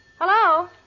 Hello